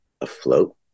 afloat